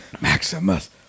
Maximus